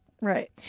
Right